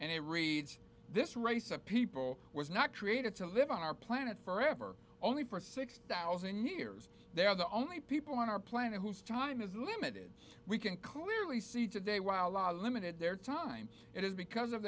and it reads this race of people was not created to live on our planet forever only for six thousand years they are the only people on our planet whose time is limited we can clearly see today while our limited their time it is because of